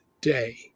day